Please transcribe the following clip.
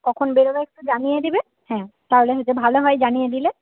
কখন বেরোবে একটু জানিয়ে দেবে হ্যাঁ তাহলে সেটা ভালো হয় জানিয়ে দিলে